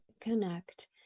connect